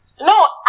No